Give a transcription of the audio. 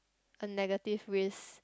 a negative risk